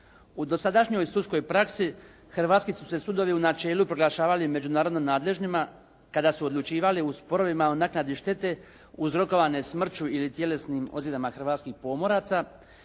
U dosadašnjoj sudskoj praksi hrvatski su se sudovi u načelu proglašavali međunarodno nadležnima kada su odlučivali u sporovima o naknadi štete uzrokovane smrću ili tjelesnim ozljedama hrvatskih pomoraca,